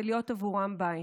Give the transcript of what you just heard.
ולהיות עבורם בית.